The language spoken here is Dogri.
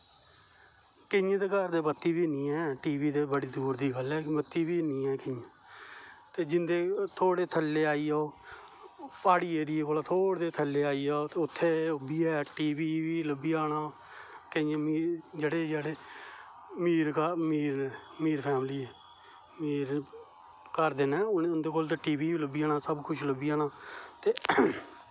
केंइयें दे घर बत्ती बी है नी ऐ टीवी दे बड़ी दूर दी गल्ल ऐ बत्ती बी है नी ऐ ते जिंदे थोह्डे़ थल्ले आई जाओ प्हाडी ऐरिये कोला थोह्डे़ जेह थल्ले आई जाओ ते उत्थै ओह् बी ऐ एह् टीवी बी लब्भी जाना केंइयें मिगी जेहडे़ जेहडे़ अमीर घर अमीर फैमली ऐ अमीर घर दे ना उंदे कोल ते टीवी बी लब्भी जाना सब कुछ लब्भी जाना ते